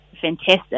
fantastic